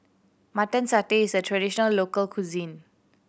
Mutton Satay is a traditional local cuisine